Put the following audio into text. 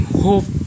hope